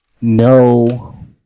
No